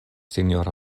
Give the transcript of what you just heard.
sinjoro